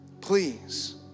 Please